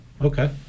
okay